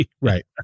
Right